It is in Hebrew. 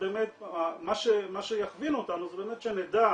מה שיכווין אותנו זה באמת שנדע